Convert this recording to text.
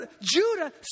Judah